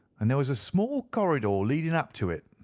and there was a small corridor leading up to it.